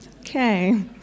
Okay